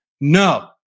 No